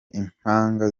impanga